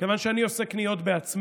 כיוון שאני עושה קניות בעצמי,